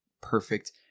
perfect